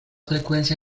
frecuencia